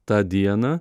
tą dieną